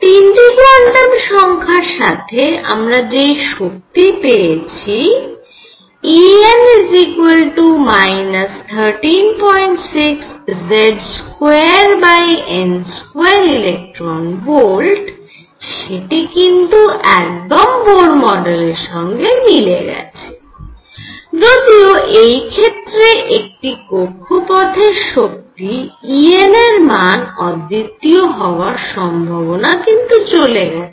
তিনটি কোয়ান্টাম সংখ্যার সাথে আমরা যেই শক্তি পেয়েছি En 136Z2n2eV সেটি কিন্তু একদম বোর মডেলের সঙ্গে মিলে গেছে যদিও এই ক্ষেত্রে একটি কক্ষপথের শক্তি En এর মান অদ্বিতীয় হওয়ার সম্ভাবনা কিন্তু চলে গেছে